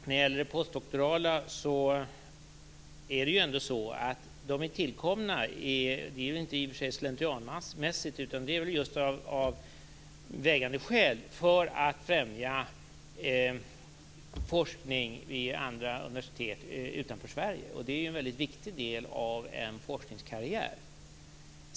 Fru talman! De postdoktorala stipendierna är tillkomna för att främja forskning vid universitet utanför Sverige. Det har inte skett slentrianmässigt, utan det har funnits vägande skäl för det. Det är en väldigt viktig del av en forskningskarriär.